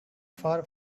far